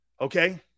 okay